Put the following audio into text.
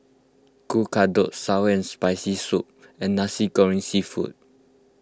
Kueh Kodok Sour and Spicy Soup and Nasi Goreng Seafood